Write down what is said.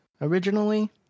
Originally